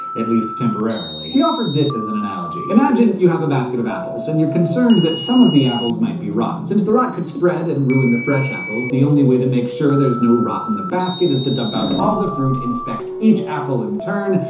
at least temporarily. he offered this as an analogy imagine you have a basket of apples, and you're concerned that some of the apples might be rotten. since the rot could spread and ruin the fresh apples, the only way to make sure there's no rot in the basket is to dump out all the fruit, inspect each apple in turn,